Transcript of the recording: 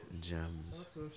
Gems